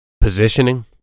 positioning